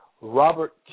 Robert